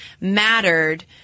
mattered